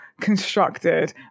constructed